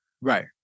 Right